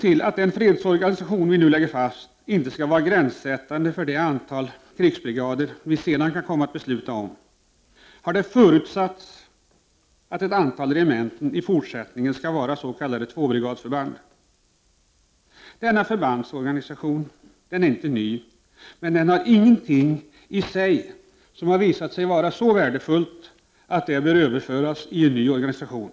För att den fredsorganisation vi nu lägger fast inte skall vara gränssättande för det antal krigsbrigader vi sedan kan komma att besluta om, har det förutsatts att ett antal regementen i fortsättningen skall vara s.k. tvåbrigadförband. Denna förbandsorganisation är inte ny. Det finns ingenting i den organisationsformen som är så värdefullt att det bör överföras till en ny organisation.